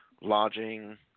lodging